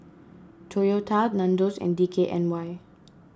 Toyota Nandos and D K N Y